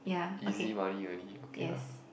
easy money only okay lah